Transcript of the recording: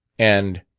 and